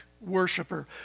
worshiper